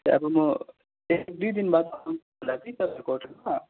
अब म एक दुई दिन बाद आउँछु होला कि तपाईँहरूको होटलमा